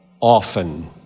often